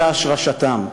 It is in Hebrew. אלא השרשתם.